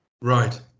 Right